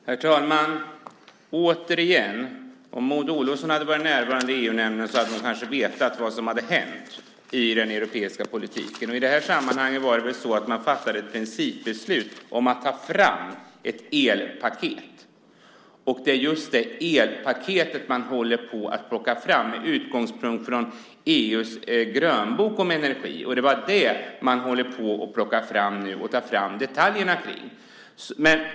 Herr talman! Återigen: Hade Maud Olofsson varit närvarande i EU-nämnden hade hon kanske vetat vad som hade hänt i den europeiska politiken. I detta sammanhang var det så att det fattades ett principbeslut om att ta fram ett elpaket. Det är just det elpaketet som håller på att plockas fram, med utgångspunkt från EU:s grönbok om energi. Det är det man håller på att utarbeta detaljerna kring.